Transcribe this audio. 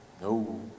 No